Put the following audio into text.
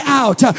out